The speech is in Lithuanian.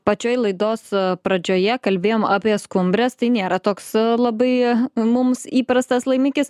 pačioj laidos pradžioje kalbėjome apie skumbres tai nėra toks labai mums įprastas laimikis